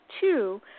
two